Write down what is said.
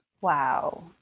Wow